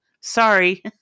Sorry